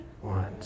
One